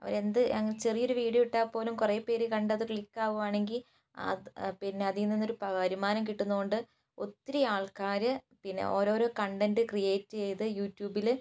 അവരെന്ത് അങ്ങനെ ചെറിയൊരു വീഡിയോ ഇട്ടാൽ പോലും കുറേ പേര് കണ്ട് അത് ക്ലിക്ക് ആകുകയാണെങ്കിൽ പിന്നെ അതിൽ നിന്നൊരു വരുമാനം കിട്ടുന്നതുകൊണ്ട് ഒത്തിരി ആൾക്കാർ പിന്നെ ഒരോരോ കണ്ടന്റ് ക്രിയേറ്റ് ചെയ്ത് യൂട്യൂബിൽ